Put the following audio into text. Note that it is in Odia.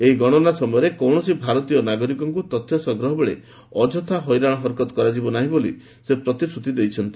ଏହି ଗଣନା ସମୟରେ କୌଣସି ଭାରତୀୟ ନାଗରିକଙ୍କୁ ତଥ୍ୟ ସଂଗ୍ରହ ବେଳେ ଅଯଥା ହଇରାଣ ହରକତ କରାଯିବ ନାହିଁ ବୋଲି ସେ ପ୍ରତିଶ୍ରତି ଦେଇଛନ୍ତି